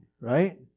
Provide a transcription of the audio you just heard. right